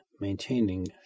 maintaining